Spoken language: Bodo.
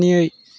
मानियै